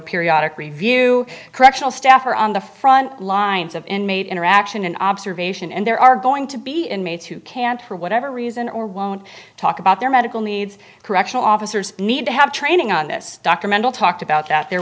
periodic review correctional staff are on the front lines of inmate interaction and observation and there are going to be inmates who can't for whatever reason or won't talk about their medical needs correctional officers need to have training on this dr mental talked about that there